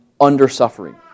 under-suffering